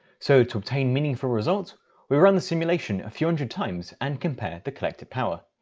so to obtain meaningful results we run the simulation a few hundred times and compare the collected power.